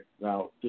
Now